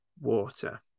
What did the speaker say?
water